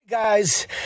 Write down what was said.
Guys